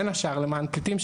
בין השאר למעט פליטים,